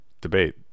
debate